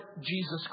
Jesus